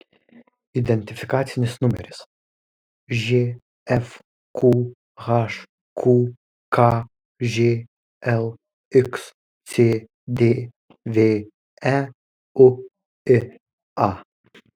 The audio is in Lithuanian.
identifikacinis numeris žfqh qkžl xcdv euia